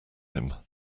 him